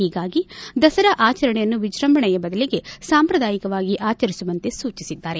ಹೀಗಾಗಿ ದಸರಾ ಆಚರಣೆಯನ್ನು ವಿಜೃಂಭಣೆಯ ಬದಲಿಗೆ ಸಾಂಪ್ರದಾಯಕವಾಗಿ ಆಚರಿಸುವಂತೆ ಸೂಚಿಸಿದ್ದಾರೆ